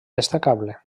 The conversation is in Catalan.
destacable